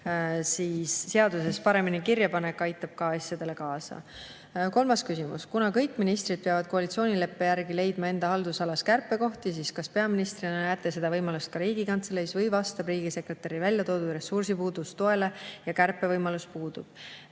seaduses paremini kirjapanek aitab ka asjadele kaasa. Kolmas küsimus: "Kuna kõik ministrid peavad koalitsioonileppe järgi leidma enda haldusalas kärpekohti, siis kas peaministrina näete seda võimalust ka Riigikantseleis või vastab riigisekretäri välja toodud ressursipuudus tõele ja kärpevõimalus puudub?"